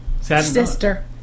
Sister